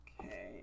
Okay